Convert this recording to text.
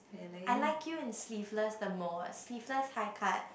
I like you in sleeveless the most sleeveless high cut